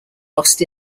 lost